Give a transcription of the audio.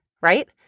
right